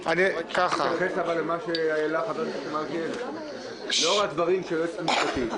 תתייחס למה שהעלה חבר הכנסת --- לאור הדברים של היועץ המשפטי,